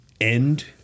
end